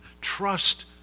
trust